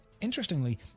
interestingly